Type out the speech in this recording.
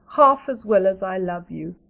half as well as i love you.